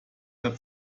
der